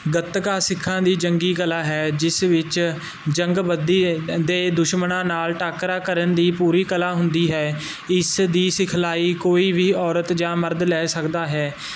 ਗਤਕਾਂ ਸਿੱਖਾਂ ਦੀ ਜੰਗੀ ਕਲਾ ਹੈ ਜਿਸ ਵਿੱਚ ਜੰਗਬੱਦੀ ਏ ਦੇ ਦੁਸ਼ਮਣਾਂ ਨਾਲ ਟਾਕਰਾ ਕਰਨ ਦੀ ਪੂਰੀ ਕਲਾ ਹੁੰਦੀ ਹੈ ਇਸ ਦੀ ਸਿਖਲਾਈ ਕੋਈ ਵੀ ਔਰਤ ਜਾਂ ਮਰਦ ਲੈ ਸਕਦਾ ਹੈ